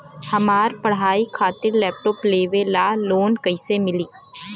हमार पढ़ाई खातिर लैपटाप लेवे ला लोन कैसे मिली?